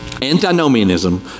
Antinomianism